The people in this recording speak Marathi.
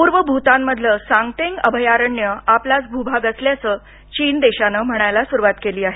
पूर्व भूतान मधलं साकतेंग अभयारण्य आपलाच भूभाग असल्याचं चीन देशानं म्हणायला सुरवात केली आहे